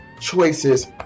choices